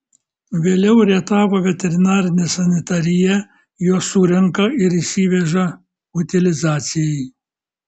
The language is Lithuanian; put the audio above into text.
vėliau rietavo veterinarinė sanitarija juos surenka ir išsiveža utilizacijai